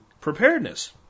preparedness